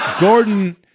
Gordon